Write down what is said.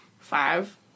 five